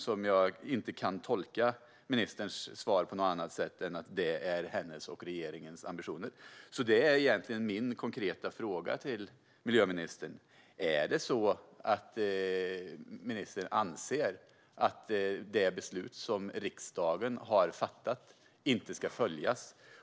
Jag kan inte tolka ministerns svar på något annat sätt än att detta är hennes och regeringens ambition. Detta är min konkreta fråga till miljöministern: Är det så att ministern anser att det beslut som riksdagen har fattat inte ska följas?